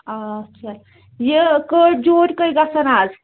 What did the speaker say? آچھا یہِ کٔرۍ جوٗرۍ کٔہے گژھان آز